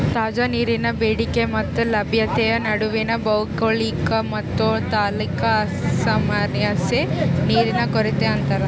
ತಾಜಾ ನೀರಿನ ಬೇಡಿಕೆ ಮತ್ತೆ ಲಭ್ಯತೆಯ ನಡುವಿನ ಭೌಗೋಳಿಕ ಮತ್ತುತಾತ್ಕಾಲಿಕ ಅಸಾಮರಸ್ಯನೇ ನೀರಿನ ಕೊರತೆ ಅಂತಾರ